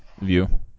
View